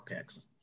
picks